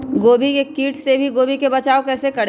गोभी के किट से गोभी का कैसे बचाव करें?